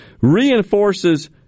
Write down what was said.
reinforces